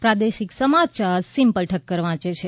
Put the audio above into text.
પ્રાદેશિક સમાચાર સિમ્પલ ઠક્કર વાંચે છે